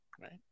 Right